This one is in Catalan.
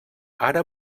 ara